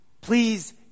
Please